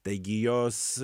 taigi jos